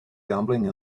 gambling